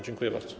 Dziękuję bardzo.